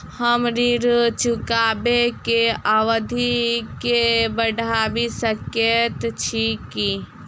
हम ऋण चुकाबै केँ अवधि केँ बढ़ाबी सकैत छी की?